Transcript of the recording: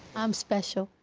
i'm special.